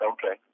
Okay